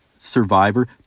Survivor